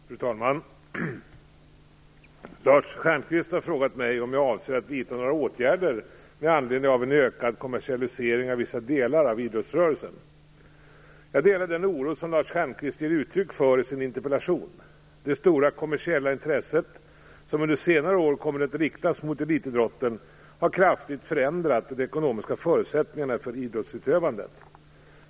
Fru talman! Lars Stjernkvist har frågat mig om jag avser att vidta några åtgärder med anledning av en ökad kommersialisering av vissa delar av idrottsrörelsen. Jag delar den oro som Lars Stjernkvist ger uttryck för i sin interpellation. Det stora kommersiella intresse som under senare år kommit att riktas mot elitidrotten har kraftigt förändrat de ekonomiska förutsättningarna för idrottsutövandet.